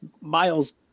Miles